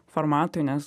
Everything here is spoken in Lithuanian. formatui nes